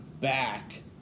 back